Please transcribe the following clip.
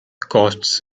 costs